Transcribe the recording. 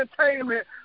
entertainment